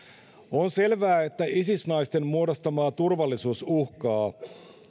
on selvää että isis naisten muodostamaa turvallisuusuhkaa